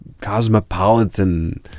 cosmopolitan